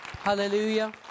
Hallelujah